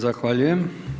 Zahvaljujem.